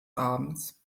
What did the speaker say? abends